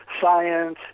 science